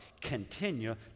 Continue